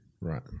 Right